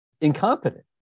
incompetent